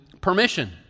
permission